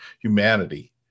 humanity